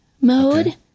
mode